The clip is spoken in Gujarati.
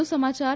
વધુ સમાચાર